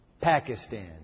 Pakistan